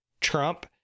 Trump